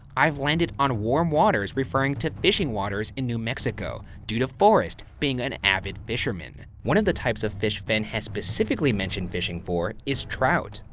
i've landed on warm waters referring to fishing waters in new mexico due to forrest being an avid fisherman. one of the types of fish fenn has specifically mentioned fishing for is trout.